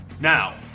Now